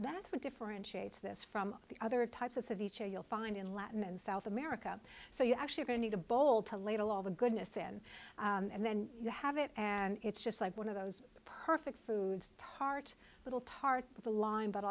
that's what differentiates this from the other types of each you'll find in latin and south america so you're actually going to need a bowl to ladle all the goodness in and then you have it and it's just like one of those perfect foods tart little tart of a line but